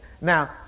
Now